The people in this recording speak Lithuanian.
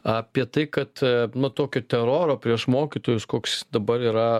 apie tai kad nu tokio teroro prieš mokytojus koks dabar yra